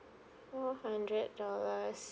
one hundred dollars